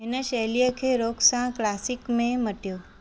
हिन शैलीअ खे रॉक सां क्लासिक में मटियो